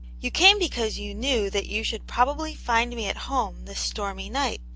you came because you knew that you should probably find me at home this stormy night,